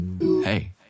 Hey